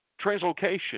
Translocation